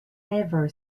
never